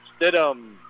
Stidham